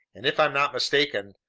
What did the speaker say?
and if i'm not mistaken,